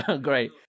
great